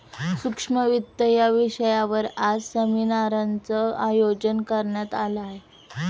सूक्ष्म वित्त या विषयावर आज सेमिनारचं आयोजन करण्यात आलं होतं